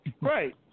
right